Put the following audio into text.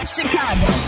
Chicago